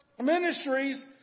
ministries